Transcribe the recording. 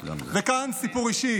וכאן סיפור אישי